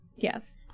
Yes